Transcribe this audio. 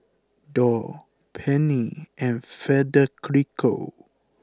Dorr Pennie and Federico